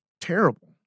terrible